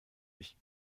ich